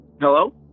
Hello